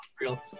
real